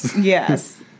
Yes